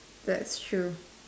that's true